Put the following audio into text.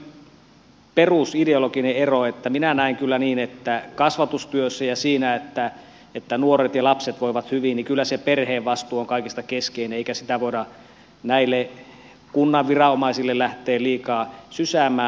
tietenkin semmoinen perusideologinen ero on se että minä näen kyllä niin että kasvatustyössä ja siinä että nuoret ja lapset voivat hyvin kyllä se perheen vastuu on kaikista keskeisin eikä sitä voida näille kunnan viranomaisille lähteä liikaa sysäämään